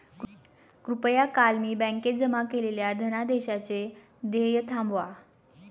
कृपया काल मी बँकेत जमा केलेल्या धनादेशाचे देय थांबवा